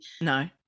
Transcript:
No